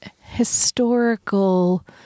historical